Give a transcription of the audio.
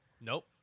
Nope